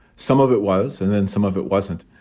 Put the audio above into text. some of it was, and then some of it wasn't